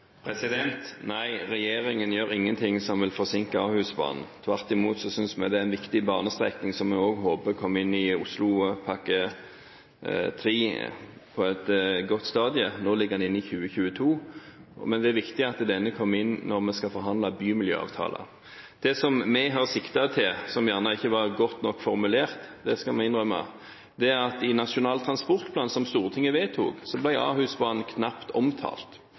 Nei, regjeringen gjør ingen ting som vil forsinke Ahusbanen. Tvert imot synes vi det er en viktig banestrekning som vi håper kommer inn i Oslopakke 3 på et godt stadium. Nå ligger den inne i 2022, men det er viktig at denne kommer inn når vi skal forhandle bymiljøavtaler. Det som vi har siktet til, som vi innrømmer at ikke var godt nok formulert, er at i Nasjonal transportplan, som Stortinget vedtok, ble Ahusbanen knapt omtalt.